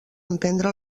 emprendre